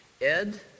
Ed